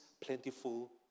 plentiful